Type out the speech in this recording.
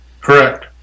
Correct